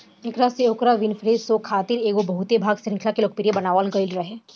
एकरा से ओकरा विनफ़्रे शो खातिर एगो बहु भाग श्रृंखला के लोकप्रिय बनावल गईल रहे